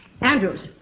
Andrews